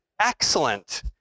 excellent